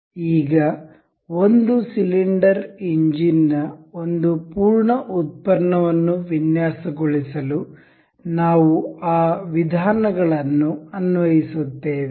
ಈಗ ಒಂದು cylinder engine ನ ಒಂದು ಪೂರ್ಣ ಉತ್ಪನ್ನವನ್ನು ವಿನ್ಯಾಸಗೊಳಿಸಲು ನಾವು ಆ ವಿಧಾನಗಳನ್ನು ಅನ್ವಯಿಸುತ್ತೇವೆ